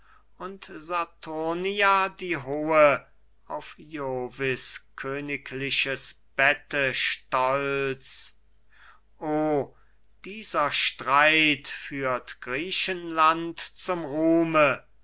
und saturnia die hohe auf jovis königliches bette stolz o dieser streit führt griechenland zum ruhme